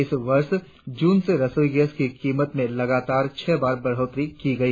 इस वर्ष जून से रसोई गैस की कीमत में लगातार छह बार बढ़ोतरी की गई